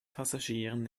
passagieren